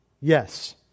yes